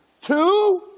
Two